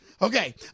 Okay